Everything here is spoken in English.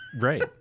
Right